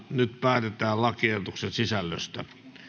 nyt päätetään lakiehdotuksen sisällöstä